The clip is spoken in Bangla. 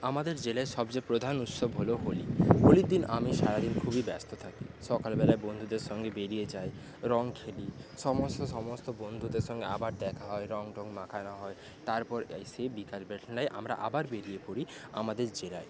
আমাদের জেলায় সবচেয়ে প্রধান উৎসব হল হোলি হোলির দিন আমি সারাদিন খুবই ব্যস্ত থাকি সকালবেলা বন্ধুদের সঙ্গে বেরিয়ে যাই রং খেলি সমস্ত সমস্ত বন্ধুদের সঙ্গে আবার দেখা হয় রং টং মাখানো হয় তারপর এসে বিকেলবেলায় আমরা আবার বেরিয়ে পড়ি আমাদের জেলায়